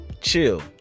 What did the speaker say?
chill